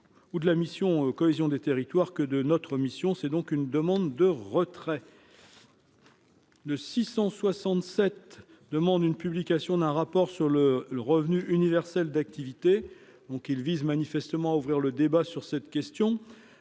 ou de la mission cohésion des territoires que de notre mission, c'est donc une demande de retrait. Le 667 demande une publication d'un rapport sur le revenu universel d'activité, donc il vise manifestement à ouvrir le débat sur cette question,